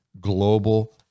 Global